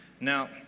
Now